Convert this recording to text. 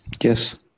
Yes